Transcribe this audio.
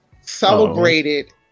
celebrated